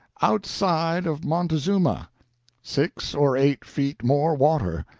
outside of montezuma six or eight feet more water.